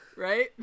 Right